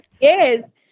Yes